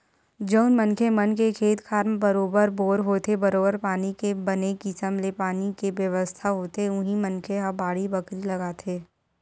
जउन मनखे मन के खेत खार म बरोबर बोर होथे बरोबर पानी के बने किसम ले पानी के बेवस्था होथे उही मनखे ह बाड़ी बखरी लगाथे